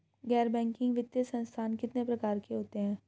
गैर बैंकिंग वित्तीय संस्थान कितने प्रकार के होते हैं?